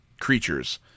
creatures